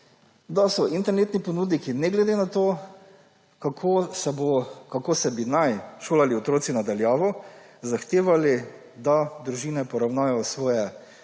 da so internetni ponudniki ne glede na to, kako se bi naj šolali otroci na daljavo, zahtevali, da družine poravnajo svoje